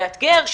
מאתגר,